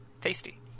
Tasty